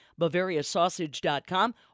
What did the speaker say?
BavariaSausage.com